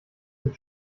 mit